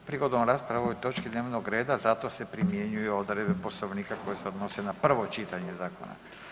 Prigodom rasprave o ovoj točki dnevnog reda zato se primjenjuju odredbe Poslovnika koje se odnose na prvo čitanje zakona.